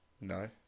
No